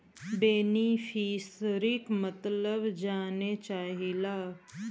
बेनिफिसरीक मतलब जाने चाहीला?